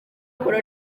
ukora